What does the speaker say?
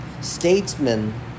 statesman